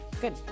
Good